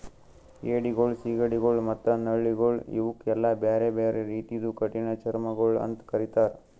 ಏಡಿಗೊಳ್, ಸೀಗಡಿಗೊಳ್ ಮತ್ತ ನಳ್ಳಿಗೊಳ್ ಇವುಕ್ ಎಲ್ಲಾ ಬ್ಯಾರೆ ಬ್ಯಾರೆ ರೀತಿದು ಕಠಿಣ ಚರ್ಮಿಗೊಳ್ ಅಂತ್ ಕರಿತ್ತಾರ್